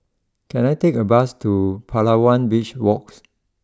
can I take a bus to Palawan Beach walks